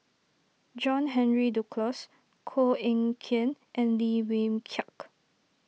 John Henry Duclos Koh Eng Kian and Lim Wee Kiak